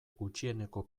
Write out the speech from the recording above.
gutxieneko